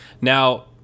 Now